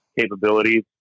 capabilities